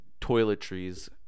toiletries